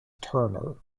turner